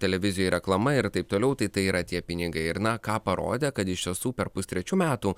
televizijoj reklama ir taip toliau tai tai yra tie pinigai ir na ką parodė kad iš tiesų per pustrečių metų